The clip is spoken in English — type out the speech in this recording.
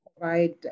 provide